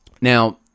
Now